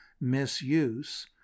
misuse